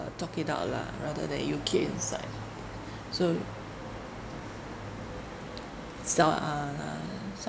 talk it out lah rather than you keep inside so sell ah lah